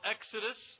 Exodus